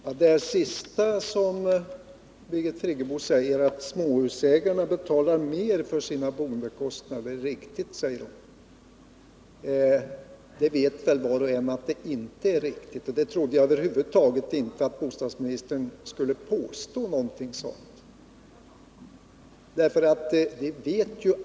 Herr talman! Birgit Friggebo säger att det är riktigt att småhusägarna betalar mera för sina boendekostnader. Var och en vet väl att det inte är riktigt — jag trodde över huvud taget inte att bostadsministern skulle kunna påstå någonting sådant.